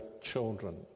children